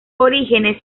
orígenes